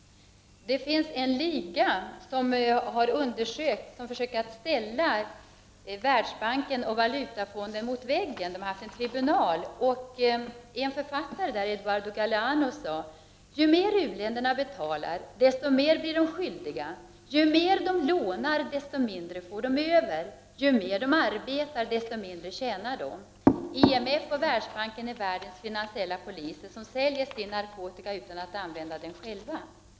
Det finns en liga som har gjort undersökningar och försöker ställa Världsbanken och Valutafonden mot väggen. Den har haft en tribunal. En författare, Eduardo Galeano, sade: Ju mer u-länderna betalar, desto mer blir de skyldiga. Ju mer de lånar, desto mindre får de över. Ju mer de arbetar, desto mindre tjänar de. IMF och Världsbanken är världens finansiella poliser som säljer sin narkotika utan att använda den själva.